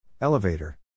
Elevator